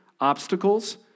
obstacles